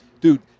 Dude